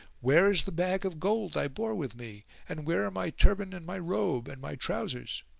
where is the bag of gold i bore with me and where are my turband and my robe, and my trousers?